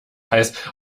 hais